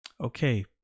Okay